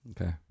Okay